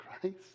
Christ